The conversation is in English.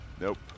Nope